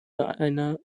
einer